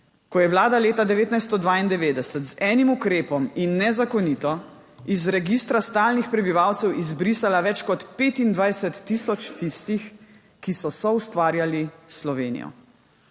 ko je vlada leta 1992 z enim ukrepom in nezakonito iz registra stalnih prebivalcev izbrisala več kot 25 tisoč tistih, ki so soustvarjali Slovenijo.